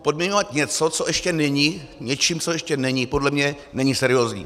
Podmiňovat něco, co ještě není, něčím, co ještě není, podle mě není seriózní.